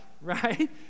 right